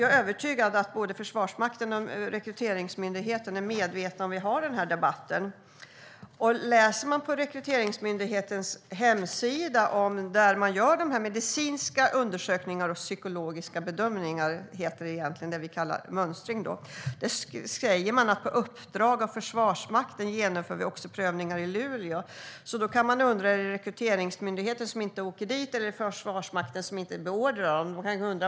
Jag är övertygad om att både Försvarsmakten och Rekryteringsmyndigheten är medvetna om att vi har den här debatten. På Rekryteringsmyndighetens hemsida kan man läsa om var de medicinska undersökningarna och psykologiska bedömningarna görs - det som vi kallar mönstring. Det står: "På uppdrag av Försvarsmakten genomför vi också prövningar i Luleå". Då undrar jag om det är Rekryteringsmyndigheten som inte åker dit eller om det är Försvarsmakten som inte beordrar dem.